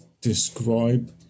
describe